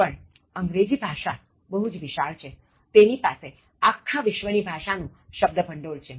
પણ અંગ્રેજી ભાષા બહુ વિશાળ છેતેની પાસે આખા વિશ્વ ની ભાષા નું શબ્દ ભંડોળ છે